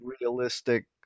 realistic